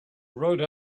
rode